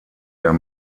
der